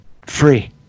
free